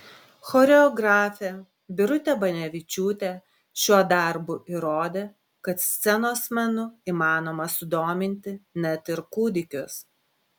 choreografė birutė banevičiūtė šiuo darbu įrodė kad scenos menu įmanoma sudominti net ir kūdikius